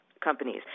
companies